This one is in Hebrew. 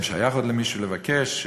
אם שייך עוד למישהו לבקש,